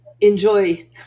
enjoy